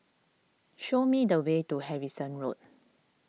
show me the way to Harrison Road